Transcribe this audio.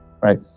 Right